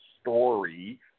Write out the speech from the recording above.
story